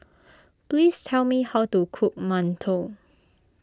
please tell me how to cook Mantou